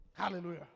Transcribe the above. Hallelujah